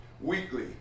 weekly